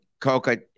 Coca